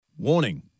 Warning